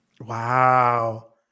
Wow